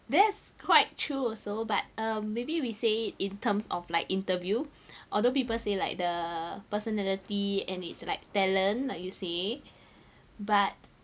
that's quite true also but um maybe we say in terms of like interview although people say like the personality and it's like talent like you say but